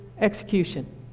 execution